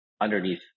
underneath